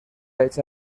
hecha